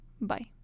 Bye